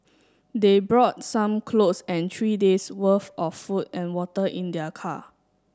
they brought some clothes and three days' worth of food and water in their car